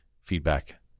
Feedback